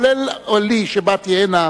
כולל לי שבאתי הנה,